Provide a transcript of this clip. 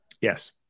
Yes